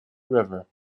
river